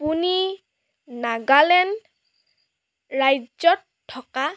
আপুনি নাগালেণ্ড ৰাজ্যত থকা